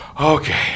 okay